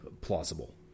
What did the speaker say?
plausible